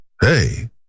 Hey